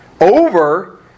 over